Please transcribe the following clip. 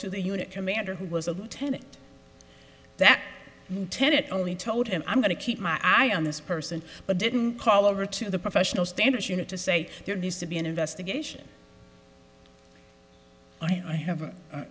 to the unit commander who was a lieutenant that tenet only told and i'm going to keep my eye on this person but didn't call over to the professional standards unit to say there needs to be an investigation and i have